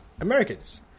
Americans